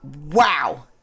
wow